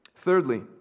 Thirdly